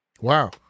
Wow